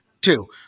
Two